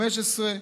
15,